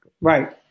Right